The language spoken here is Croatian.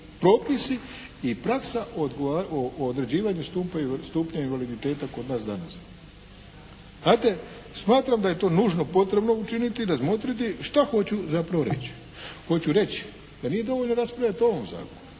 propisi i praksa u određivanju stupnja invaliditeta kod nas danas. Znate, smatram da je to nužno potrebno učiniti i razmotriti. Šta hoću zapravo reći? Hoću reći da nije dovoljno raspravljati o ovom